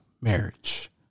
marriage